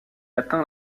atteint